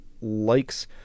likes